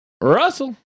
Russell